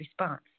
response